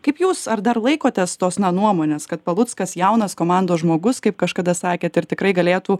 kaip jūs ar dar laikotės tos na nuomonės kad paluckas jaunas komandos žmogus kaip kažkada sakėt ir tikrai galėtų